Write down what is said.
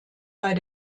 bei